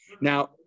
now